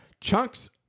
chunks